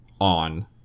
on